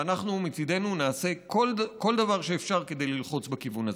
ואנחנו מצידנו נעשה כל דבר שאפשר כדי ללחוץ בכיוון הזה.